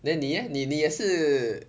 then 你你 leh 你也是